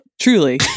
Truly